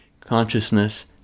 Consciousness